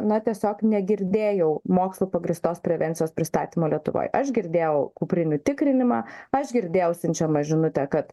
na tiesiog negirdėjau mokslu pagrįstos prevencijos pristatymo lietuvoj aš girdėjau kuprinių tikrinimą aš girdėjau siunčiamą žinutę kad